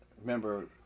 Remember